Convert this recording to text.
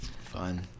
fun